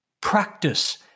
practice